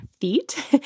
feet